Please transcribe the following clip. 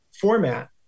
format